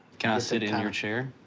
can i sit in your chair?